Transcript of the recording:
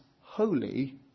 holy